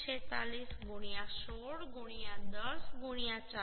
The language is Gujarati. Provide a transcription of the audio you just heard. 46 16 10 410 1